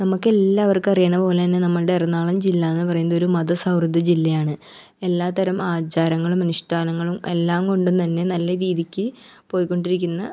നമുക്കെല്ലാവർക്കും അറിയണപോലെ തന്നെ നമ്മളുടെ എറണാകുളം ജില്ലാന്ന് പറയുന്നതൊരു മതസൗഹൃദ ജില്ലയാണ് എല്ലാത്തരം ആചാരങ്ങളും അനുഷ്ഠാനങ്ങളും എല്ലാം കൊണ്ട് തന്നെ നല്ല രീതിക്ക് പോയിക്കൊണ്ടിരിക്കുന്ന